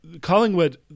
Collingwood